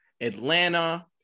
Atlanta